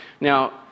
Now